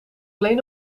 alleen